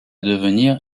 devenir